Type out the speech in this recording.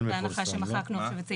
בהנחה שמחקנו עכשיו את סעיף ההשגות.